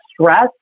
stress